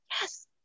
yes